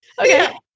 Okay